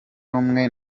rumwe